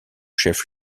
chef